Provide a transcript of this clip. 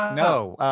no.